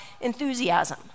enthusiasm